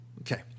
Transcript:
Okay